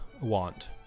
want